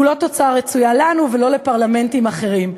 הוא לא תוצאה רצויה לנו ולא לפרלמנטים אחרים.